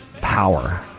power